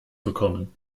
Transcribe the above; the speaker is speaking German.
bekommen